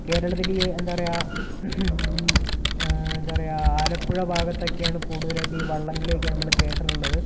കേരളത്തിൽ ഈ എന്താ പറയുക ഈ എന്താ പറയുക ആലപ്പുഴ ഭാഗത്തൊക്കെയാണ് കൂടുതലായിട്ട് ഈ വള്ളം കളിയൊക്കെ നമ്മൾ കേട്ടിട്ടുള്ളത്